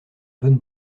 bonne